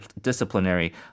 disciplinary